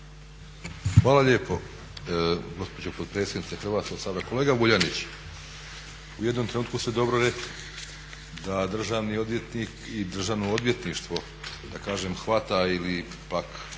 Hvala lijepo gospođo potpredsjednice Hrvatskog sabora. Kolega Vuljanić u jednom trenutku ste dobro rekli da državni odvjetnik i Državno odvjetništvo da kažem hvata ili pak